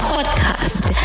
Podcast